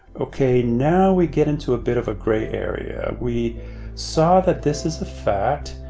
okay. now, we get into a bit of a gray area. we saw that this is a fact,